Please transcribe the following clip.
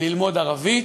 ללמוד ערבית,